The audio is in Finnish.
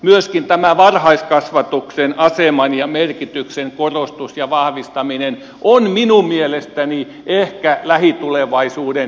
myöskin tämä varhaiskasvatuksen aseman ja merkityksen korostus ja vahvistaminen on minun mielestäni lähitulevaisuuden ehkä yksi tärkein asia